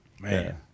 Man